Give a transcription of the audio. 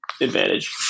advantage